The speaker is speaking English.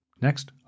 Next